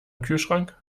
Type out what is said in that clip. kühlschrank